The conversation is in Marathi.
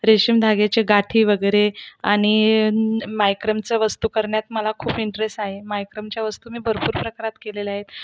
रेशीमधाग्याचे गाठी वगैरे आणि मायक्रमच्या वस्तू करण्यात मला खूप इंटरेस्ट आहे मायक्रमच्या वस्तू मी भरपूर प्रकारात केलेल्या आहेत